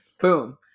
Boom